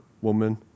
woman